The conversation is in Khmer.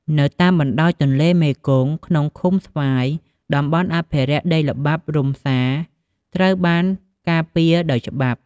នៅតាមបណ្តោយទន្លេមេគង្គ ក្នុងឃុំស្វាយ តំបន់អភិរក្សដីល្បាប់រុំសា ត្រូវបានការពារដោយច្បាប់។